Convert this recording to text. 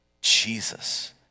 Jesus